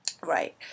Right